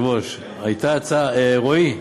אדוני היושב-ראש, הייתה הצעה, רועי,